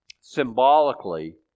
symbolically